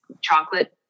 chocolate